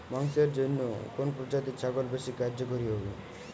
মাংসের জন্য কোন প্রজাতির ছাগল বেশি কার্যকরী হবে?